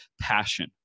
passion